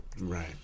Right